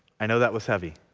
i know that was heavy,